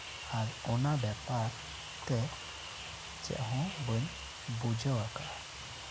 ᱟᱨ ᱚᱱᱟ ᱵᱮᱯᱟᱨ ᱛᱮ ᱪᱮᱫ ᱦᱚᱸ ᱵᱟᱹᱧ ᱵᱩᱡᱷᱟᱹᱣ ᱠᱟᱜᱼᱟ